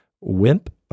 wimp